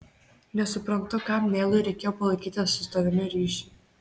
nesuprantu kam neilui reikėjo palaikyti su tavimi ryšį